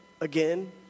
again